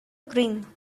green